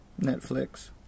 Netflix